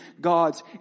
God's